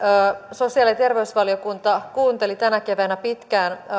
sosiaali ja terveysvaliokunta kuunteli tänä keväänä pitkään